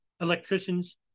electricians